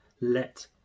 let